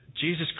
Jesus